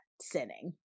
sinning